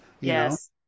yes